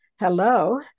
hello